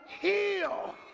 heal